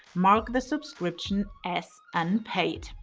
mark the subscription as unpaid.